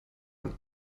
und